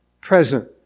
present